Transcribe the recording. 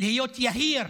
להיות יהיר?